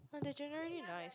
but they're generally nice